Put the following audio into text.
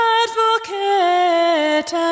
advocate